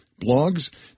blogs